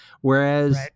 whereas